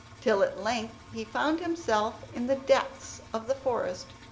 till at length he found himself in the depths of the forest,